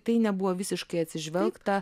tai nebuvo visiškai atsižvelgta